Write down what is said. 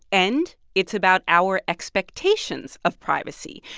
and it's about our expectations of privacy.